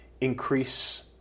increase